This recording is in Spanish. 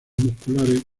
musculares